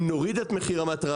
אם נוריד את מחיר המטרה,